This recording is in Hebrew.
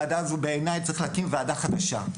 בעיניי צריך להקים ועדה חדשה.